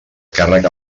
càrrec